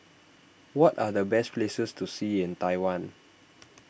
what are the best places to see in Taiwan